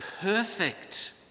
perfect